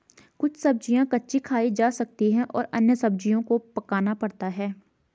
कुछ सब्ज़ियाँ कच्ची खाई जा सकती हैं और अन्य सब्ज़ियों को पकाना पड़ता है